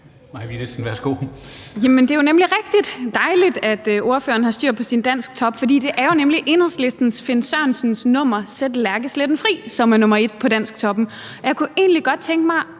Mai Villadsen (EL): Jamen det er jo nemlig rigtigt. Det er dejligt, at ordføreren har styr på »Dansktoppen«, for det er nemlig Enhedslistens Finn Sørensens nummer »Sæt Lærkesletten fri«, som er nr. 1 på »Dansktoppen«. Jeg kunne egentlig godt tænke mig